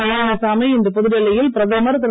நாராயணசாமி இன்று புதுடில்லியில் பிரதமர் திரு